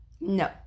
No